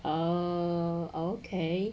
err okay